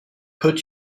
put